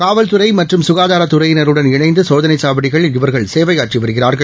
காவல்துறை மற்றும் கசகாதாரத் துறையினருடன் இணைந்து சோதனை சாவடிகளில் இவர்கள் சேவையாற்றி வருகிறார்கள்